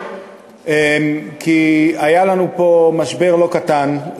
כי היה לנו פה משבר לא קטן.